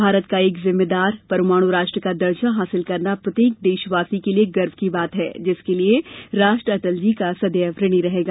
भारत का एक जिम्मेदार परमाणु राष्ट्र का दर्जा हासिल करना प्रत्येक देशवासी के लिए गर्व की बात है जिसके लिए राष्ट्र अटल जी का सदैव ऋणी रहेगा